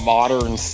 modern